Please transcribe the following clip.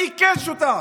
אני כן שותף.